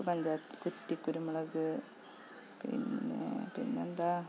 ഞങ്ങൾക്ക് പഞ്ചായത്തു നിന്ന് കിട്ടി കുറ്റി കുരുമുളക് പിന്നെ പിന്നെന്താ